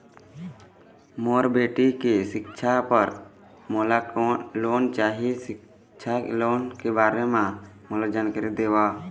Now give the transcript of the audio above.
मोर बेटी के सिक्छा पर मोला लोन चाही सिक्छा लोन के बारे म मोला जानकारी देव?